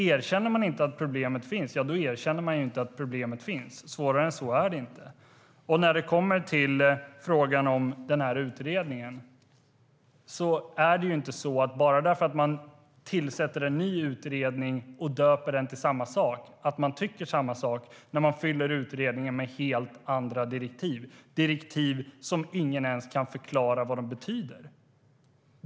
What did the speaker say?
Erkänner man inte att problemet finns, då erkänner man inte att problemet finns - svårare än så är det inte. När det gäller frågan om utredningen är det inte så att vi tycker samma sak bara för att man tillsätter en ny utredning med samma namn om den har helt andra direktiv - direktiv som ingen ens kan förklara vad de betyder.